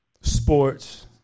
sports